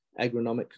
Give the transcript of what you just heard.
agronomic